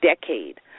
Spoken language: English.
decade